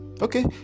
okay